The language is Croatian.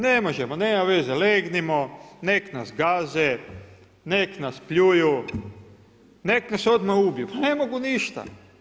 Ne možemo, nema veze, legnimo, nek nas gaze, nek nas pljuju, nek nas odmah ubiju, pa ne mogu ništa.